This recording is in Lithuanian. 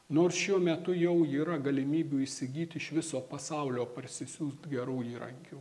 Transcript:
nors šiuo metu jau yra galimybių įsigyt iš viso pasaulio parsisiųst gerų įrankių